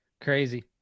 Crazy